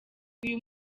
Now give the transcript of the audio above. uyu